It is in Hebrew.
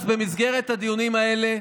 אז במסגרת הדיונים האלה,